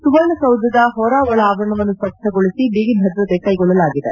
ಸುವರ್ಣಸೌಧದ ಹೊರ ಒಳ ಆವರಣವನ್ನು ಸ್ವಚ್ಛಗೊಳಿಸಿ ಬಿಗಿ ಭದ್ರತೆ ಕೈಗೊಳ್ಳಲಾಗಿದೆ